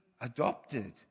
adopted